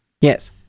Yes